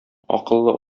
акыллы